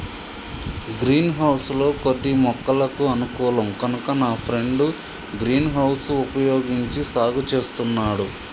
green house లో కొన్ని మొక్కలకు అనుకూలం కనుక నా ఫ్రెండు గ్రీన్ హౌస్ వుపయోగించి సాగు చేస్తున్నాడు